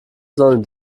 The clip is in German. sollen